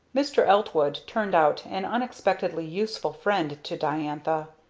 mr. eltwood turned out an unexpectedly useful friend to diantha.